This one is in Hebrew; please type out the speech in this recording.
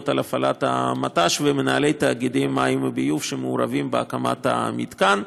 להפעלת המט"ש ומנהלי תאגידי המים והביוב שמעורבים בהקמת המתקן.